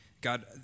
God